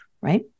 right